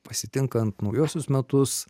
pasitinkant naujuosius metus